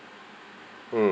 mm